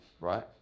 right